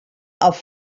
auf